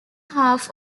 half